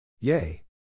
Yay